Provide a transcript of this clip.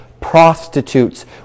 prostitutes